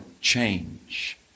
change